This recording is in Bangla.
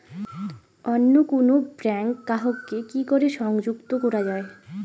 অন্য কোনো ব্যাংক গ্রাহক কে কি করে সংযুক্ত করা য়ায়?